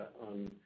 on